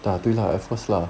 啊对 lah at first lah